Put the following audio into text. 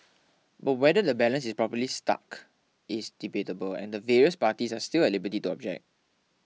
but whether the balance is properly struck is debatable and the various parties are still at liberty to object